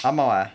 ஆமாவா:aamaavaa